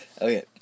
okay